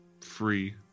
free